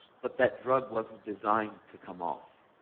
but that drug wasn't designed to come off.